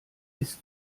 ist